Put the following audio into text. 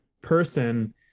person